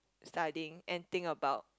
studying and think about